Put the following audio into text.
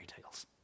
tales